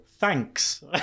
Thanks